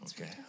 Okay